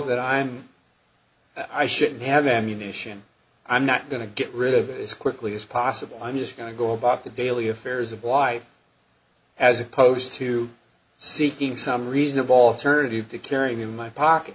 that i am i shouldn't have any nation i'm not going to get rid of it as quickly as possible i'm just going to go about the daily affairs of wife as opposed to seeking some reasonable alternative to carrying in my pocket